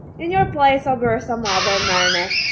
in your place i'll burn some other marionette.